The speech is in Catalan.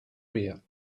via